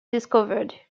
discovered